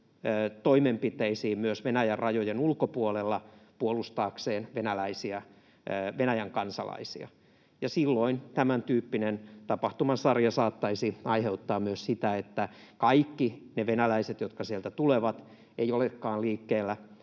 toimenpiteisiin myös Venäjän rajojen ulkopuolella puolustaakseen Venäjän kansalaisia. Silloin tämäntyyppinen tapahtumasarja saattaisi aiheuttaa myös sitä, että kaikki ne venäläiset, jotka sieltä tulevat, eivät olekaan liikkeellä